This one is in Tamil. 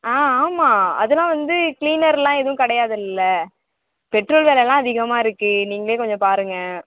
ஆ ஆமாம் அதெலாம் வந்து கிளீனரெலாம் எதுவும் கிடையாது இல்லை பெட்ரோல் வெலைலாம் அதிகமாக இருக்குது நீங்களே கொஞ்சம் பாருங்க